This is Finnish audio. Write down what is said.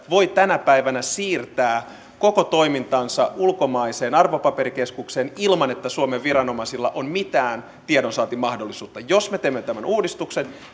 voi tänä päivänä siirtää koko toimintansa ulkomaiseen arvopaperikeskukseen ilman että suomen viranomaisilla on mitään tiedonsaantimahdollisuutta jos me teemme tämän uudistuksen